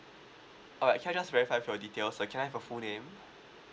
uh can I just verify of your details so can I have your full name